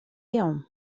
يوم